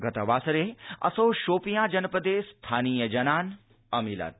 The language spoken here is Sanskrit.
गतवासरे असौ शोपियां जनपदे स्थानीय जनान् अमिलत्